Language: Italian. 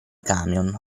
camion